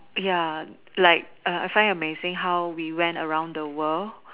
ya like I find it amazing how we went around the world